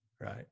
Right